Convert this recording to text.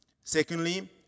Secondly